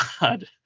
God